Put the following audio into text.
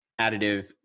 additive